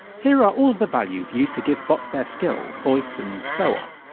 here are all of the values used to give bots their skill, voice and so on.